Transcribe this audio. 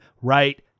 right